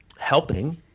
helping